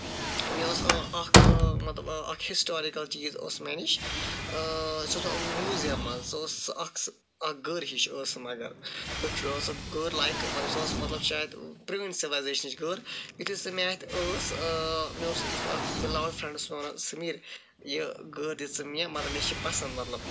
مےٚ اوس اکھ مطلب اکھ ہِسٹورِکَل چیٖز اوس مےٚ نِش اۭں سُہ اوس مِیوٗزیَم حظ سُہ اوس اکھ سُہ اکھ گٔرۍ ہِش ٲسۍ سۄ مَگر گٔرۍ لَیِکۍ سۄ ٲسۍ مطلب شاید پرٲنۍ سِولٮ۪زیشنٕچ گٔرۍ یِتھُے سۄ مےٚ اَتھِ ٲسۍ مےٚ اوس یُس مےٚ اکھ بٔلَوُڈ فرینڈٕس اوس مےٚ وَنان سٔمیٖر یہِ گٔرۍ دِژٕ مےٚ مطلب مےٚ چھِ یہِ پَسند مطلب